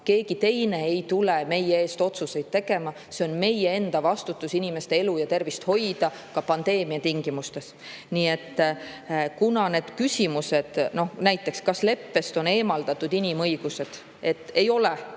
keegi teine ei tule meie eest otsuseid tegema. See on meie enda vastutus, me peame inimeste elu ja tervist hoidma ka pandeemia tingimustes. [On veel] küsimus näiteks, kas leppest on eemaldatud inimõigused. Ei ole.